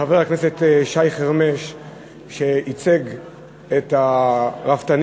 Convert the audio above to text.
חבר הכנסת שי חרמש ייצג את הרפתנים,